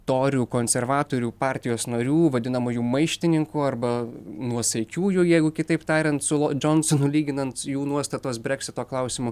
torių konservatorių partijos narių vadinamųjų maištininkų arba nuosaikiųjų jeigu kitaip tariant su džonsonu lyginant jų nuostatos breksito klausimu